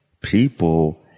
people